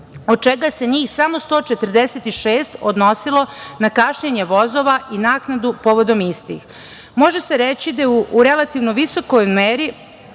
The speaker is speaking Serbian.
od čega se njih samo 146 odnosilo na kašnjenje vozova i naknadu povodom istih. Može se reći da je u relativno visokoj meri